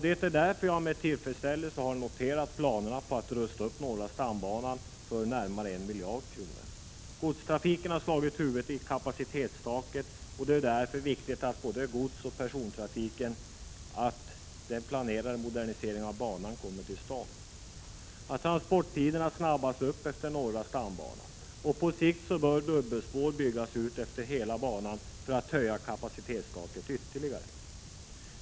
Det är därför jag med tillfredsställelse har noterat planerna på att rusta upp norra stambanan för närmare 1 miljard kronor. Godstrafiken har slagit huvudet i kapacitetstaket, och det är därför viktigt för både godsoch persontrafiken att den planerade moderniseringen av banan kommer till stånd och att transporttiderna förkortas. På sikt bör dubbelspår byggas ut efter hela banan för att höja kapacitetstaket ytterligare.